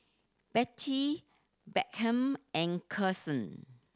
Bettye Beckham and Karson